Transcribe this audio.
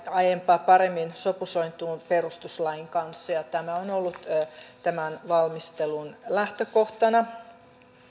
aiempaa paremmin sopusointuun perustuslain kanssa tämä on ollut valmistelun lähtökohtana